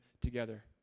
together